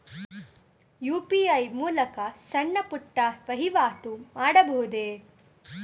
UPI ಮೂಲಕ ಸಣ್ಣ ಪುಟ್ಟ ವಹಿವಾಟು ಮಾಡಬಹುದೇ?